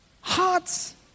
Hearts